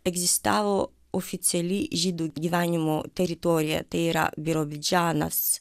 egzistavo oficiali žydų gyvenimo teritorija tai yra virovidžianas